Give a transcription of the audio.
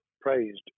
praised